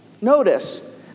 Notice